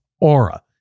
Aura